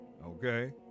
Okay